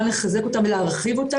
לליבי.